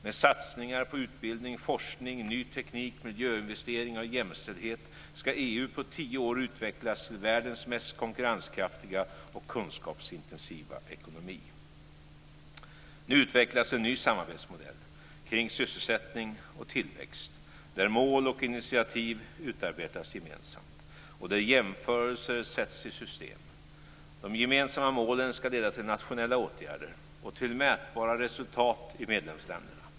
Med satsningar på utbildning, forskning, ny teknik, miljöinvesteringar och jämställdhet ska EU på tio år utvecklas till världens mest konkurrenskraftiga och kunskapsintensiva ekonomi. Nu utvecklas en ny samarbetsmodell kring sysselsättning och tillväxt där mål och initiativ utarbetas gemensamt och där jämförelser sätts i system. De gemensamma målen ska leda till nationella åtgärder och till mätbara resultat i medlemsländerna.